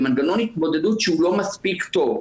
זה מנגנון התמודדות שהוא לא מספיק טוב,